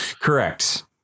Correct